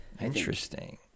Interesting